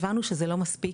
הבנו שזה לא מספיק,